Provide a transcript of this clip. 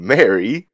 Mary